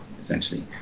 essentially